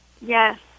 Yes